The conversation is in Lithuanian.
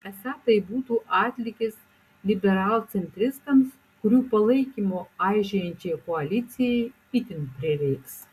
esą tai būtų atlygis liberalcentristams kurių palaikymo aižėjančiai koalicijai itin prireiks